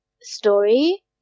story